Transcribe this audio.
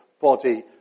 body